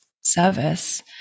service